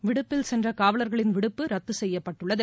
விடுப்பில் சென்ற காவலர்களின் விடுப்பு ரத்து செய்யப்பட்டுள்ளது